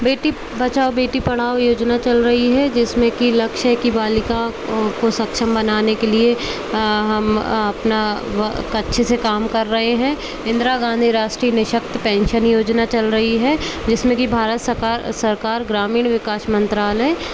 बेटी बचाओ बेटी पढ़ाओ योजना चल रही है जिसमें कि लक्ष्य है कि बालिकाओं को सक्षम बनाने के लिए हम अपना अच्छे से काम कर रहे हैं इंदिरा गाँधी राष्ट्रीय निःशक्त पेंशन योजना चल रही है जिसमें कि भारत सरकार सरकार ग्रामीण विकास मंत्रालय